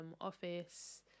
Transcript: Office